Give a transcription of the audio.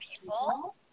people